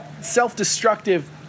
self-destructive